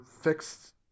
fixed